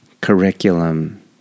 curriculum